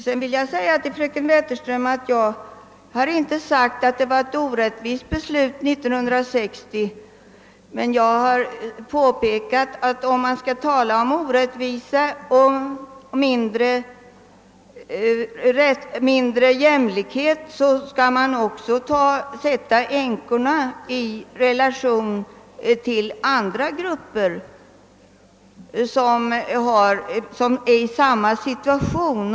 Sedan vill jag säga till fröken Wetterström att jag inte har sagt att det var ett orättvist beslut som fattades 1960. Men jag har påpekat att om man skall tala om orättvisa och om mindre jämlikhet skall man också sätta änkorna i relation till andra grupper som är i samma situation.